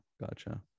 gotcha